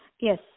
Yes